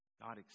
God